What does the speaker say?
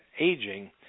aging